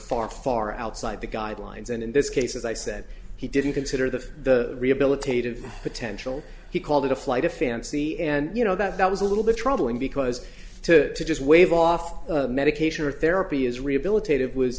far far outside the guidelines and in this case as i said he didn't consider the rehabilitative potential he called it a flight of fancy and you know that that was a little bit troubling because to just wave off medication or therapy is rehabilitative was